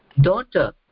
daughter